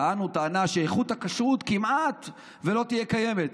טענו טענה שאיכות הכשרות כמעט ולא תהיה קיימת,